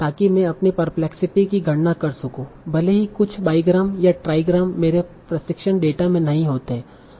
ताकि मैं अपनी परप्लेक्सिटी की गणना कर सकूं भले ही कुछ बाईग्राम या ट्राईग्राम मेरे प्रशिक्षण डेटा में नहीं होते है